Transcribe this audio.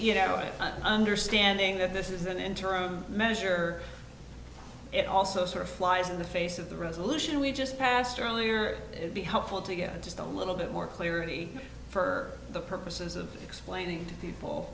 you know understanding that this is an interim measure it also sort of flies in the face of the resolution we just passed earlier it would be helpful to get just a little bit more clarity for the purposes of explaining to people